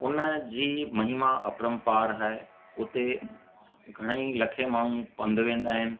हुनजी महिमा अपरंपार आहे उते घणेई लखे माण्हू पंधु वेंदा आहिनि